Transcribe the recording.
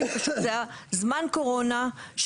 זה היה זמן קורונה,